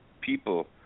people